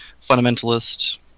fundamentalist